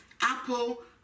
Apple